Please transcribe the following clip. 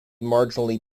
marginally